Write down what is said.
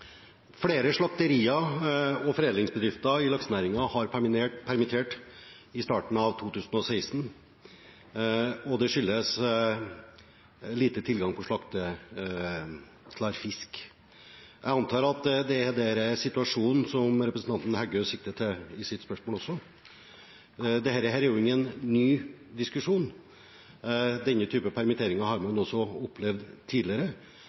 Flere slakterier og foredlingsbedrifter i laksenæringen har permittert ansatte i starten av 2016, og det skyldes lite tilgang på slakteklar fisk. Jeg antar at det er denne situasjonen representanten Heggø sikter til i sitt spørsmål. Dette er jo ingen ny diskusjon, denne typen permitteringer har man også opplevd tidligere,